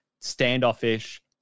standoffish